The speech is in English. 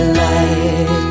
light